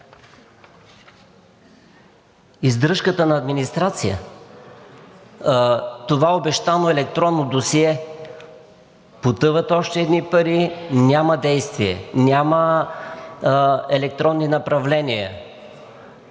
издръжката на администрацията, с това обещано електронно досие. Потъват още едни пари, няма действие, няма електронни направления